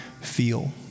feel